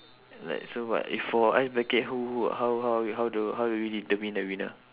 like so what if for ice bucket who who how how how do how do we determine the winner